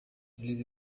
eles